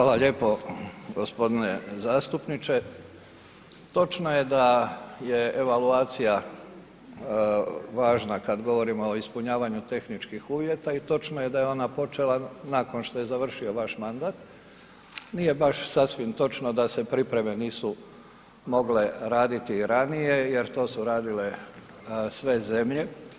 Hvala lijepo gospodine zastupniče, točno je da je evaluacija važna kad govorimo o ispunjavanju tehničkih uvjeta i točno je da je ona počela nakon što je završio vaš mandat, nije baš sasvim točno da se pripreme nisu mogle raditi jer to su radile sve zemlje.